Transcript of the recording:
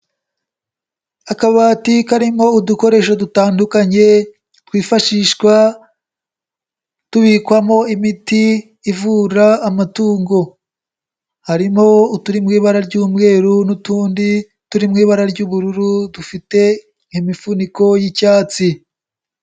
Akabati karimo udukoresho dutandukanye twifashishwa tubikwamo imiti ivura amatungo, harimo uturi mu ibara ry'umweru n'utundi turi mu ibara ry'ubururu dufite imifuniko y'icyatsi.